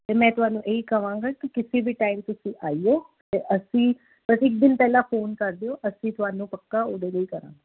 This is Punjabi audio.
ਅਤੇ ਮੈਂ ਤੁਹਾਨੂੰ ਇਹ ਕਹਾਂਗਾ ਕਿ ਕਿਸੇ ਵੀ ਟਾਈਮ ਤੁਸੀਂ ਆਇਓ ਅਤੇ ਅਸੀਂ ਅਸੀਂ ਇਕ ਦਿਨ ਪਹਿਲਾਂ ਫੋਨ ਕਰ ਦਿਓ ਅਸੀਂ ਤੁਹਾਨੂੰ ਪੱਕਾ ਉਹਦੇ ਲਈ ਕਰਾਂਗੇ